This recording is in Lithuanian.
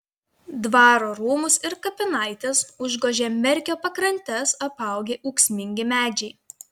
dvaro rūmus ir kapinaites užgožia merkio pakrantes apaugę ūksmingi medžiai